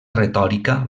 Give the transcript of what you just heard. retòrica